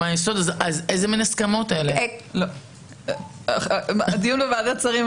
הדיון בוועדת שרים --- לא משנה.